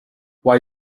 why